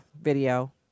video